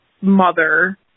mother